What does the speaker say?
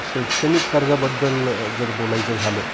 शैक्षणिक कर्जाबद्दल जर बोलायचं झालं